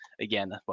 Again